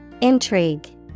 Intrigue